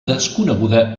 desconeguda